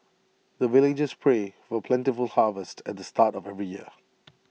the villagers pray for plentiful harvest at the start of every year